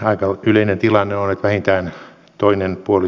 aika yleinen tilanne on vähintään toinen puoli